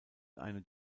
eine